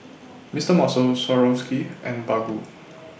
Mister Muscle Swarovski and Baggu